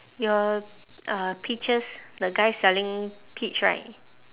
your uh peaches the guy selling peach right